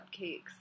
cupcakes